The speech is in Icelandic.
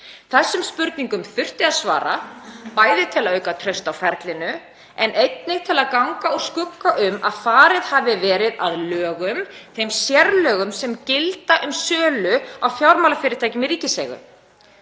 Þessum spurningum þurfti að svara, bæði til að auka traust á ferlinu en einnig til að ganga úr skugga um að farið hafi verið að lögum, þeim sérlögum sem gilda um sölu á fjármálafyrirtækjum í ríkiseigu.